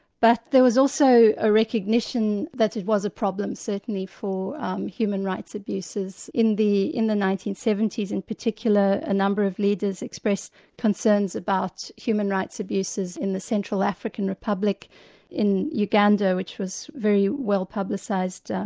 but there was also a recognition that it was a problem, certainly for human rights abuses in the in the nineteen seventy s in particular, a number of leaders expressed concerns about human rights abuses in the central african republic in uganda, which was very well publicised.